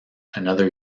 another